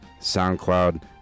SoundCloud